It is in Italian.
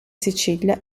sicilia